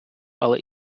але